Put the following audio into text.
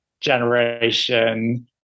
generation